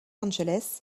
angeles